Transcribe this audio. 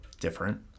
different